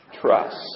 trust